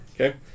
okay